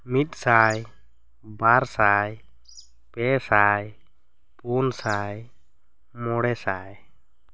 ᱢᱤᱫ ᱥᱟᱭ ᱵᱟᱨ ᱥᱟᱭ ᱯᱮ ᱥᱟᱭ ᱯᱩᱱ ᱥᱟᱭ ᱢᱚᱬᱮ ᱥᱟᱭ